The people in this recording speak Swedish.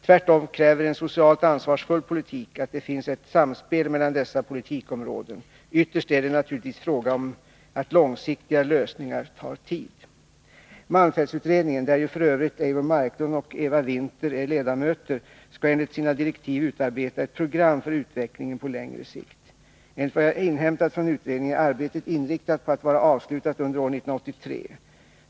Tvärtom kräver en socialt ansvarsfull politik att det finns ett samspel mellan dessa politikområden. Ytterst är det naturligtvis fråga om att långsiktiga lösningar tar tid. Malmfältsutredningen — där ju Eivor Marklund och Eva Winther är ledamöter — skall enligt sina direktiv utarbeta ett program för utvecklingen på längre sikt. Enligt vad jag inhämtat från utredningen är arbetet inriktat på att vara avslutat under 1983.